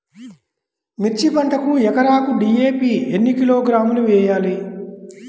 మిర్చి పంటకు ఎకరాకు డీ.ఏ.పీ ఎన్ని కిలోగ్రాములు వేయాలి?